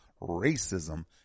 racism